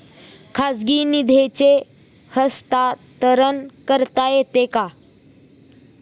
खाजगी निधीचे हस्तांतरण करता येते का?